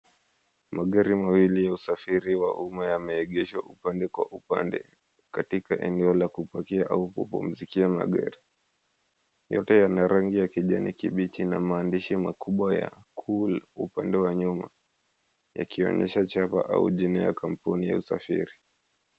Magari mawili ya usafiri wa umma yameegeshwa upande kwa upande katika eneo la kupakia au kupumzikia magari. Yote yana rangi ya kijani kibichi, na maandishi makubwa ya, "Cool" upande wa nyuma, yakionesha chapa au jina ya kampuni ya usafiri.